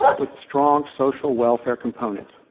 with a strong social welfare component.